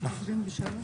הישיבה ננעלה בשעה